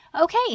Okay